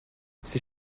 ces